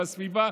והסביבה,